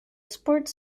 sports